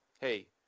hey